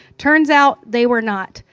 turns out, they were not.